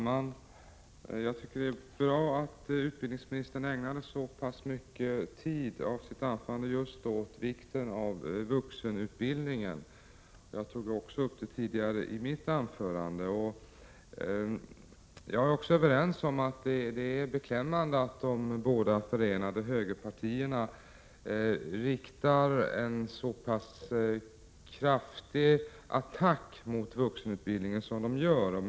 Herr talman! Det är bra att utbildningsministern ägnade så mycket tid av sitt anförande åt just vikten av vuxenutbildningen. Jag tog också upp den tidigare i mitt anförande. Även jag anser att det är beklämmande att de båda förenade högerpartierna riktar en så pass kraftig attack mot vuxenutbildningen som de gör.